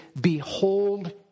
behold